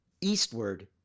eastward